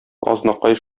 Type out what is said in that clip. азнакай